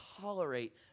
tolerate